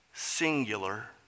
Singular